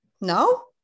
no